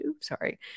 sorry